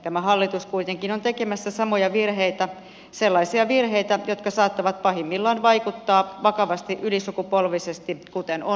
tämä hallitus kuitenkin on tekemässä samoja virheitä sellaisia virheitä jotka saattavat pahimmillaan vaikuttaa vakavasti ylisukupolvisesti kuten on nähty